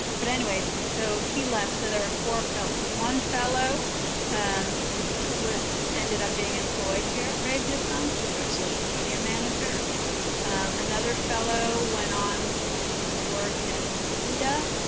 but anyways so he left so there were four fellows one fellow and was ended up being employed here at brave new films she's our social media manager another fellow went on to to work at peta